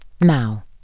Now